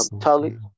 Tully